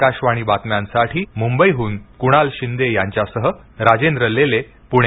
आकाशवाणी बातम्यांसाठी मुंबईहून कुणाल शिंदे यांच्यासह राजेंद्र लेले पुणे